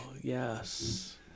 yes